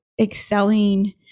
excelling